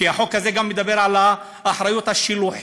כי החוק הזה מדבר גם על האחריות השילוחית,